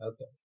Okay